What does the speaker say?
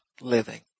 living